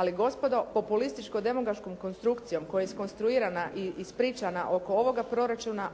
Ali gospodo, populističko-demografskom konstrukcijom koja je iskonstruirana i ispričana oko ovoga proračuna